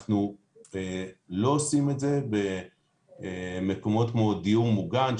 אנחנו לא עושים את זה במקומות כמו דיור מוגן,